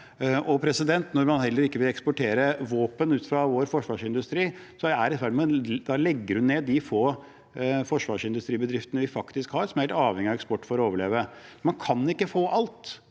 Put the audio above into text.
fleste. Når man heller ikke vil eksportere våpen fra vår forsvarsindustri, da legger man ned de få forsvarsindustribedriftene vi faktisk har, som er helt avhengig av eksport for å overleve. Man kan ikke få alt.